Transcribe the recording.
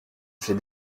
j’ai